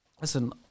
Listen